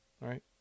Right